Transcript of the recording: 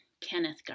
Kenneth